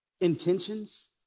intentions